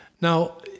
Now